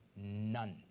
None